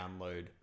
download